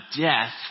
death